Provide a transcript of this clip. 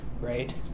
right